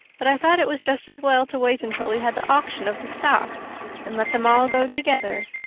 but i thought it was just as well to wait until we had the auction of the stock and let them all go together.